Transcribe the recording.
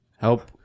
help